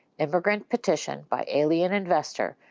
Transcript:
immigrant petition by alien investor,